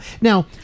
now